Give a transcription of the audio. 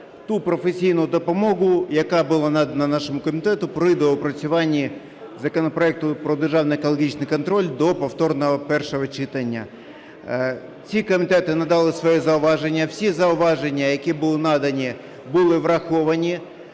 ту професійну допомогу, яка була надана нашому комітету при доопрацюванні законопроекту про державний екологічний контроль до повторного першого читання. Ці комітети надали свої зауваження. Всі зауваження, які були надані, були враховані.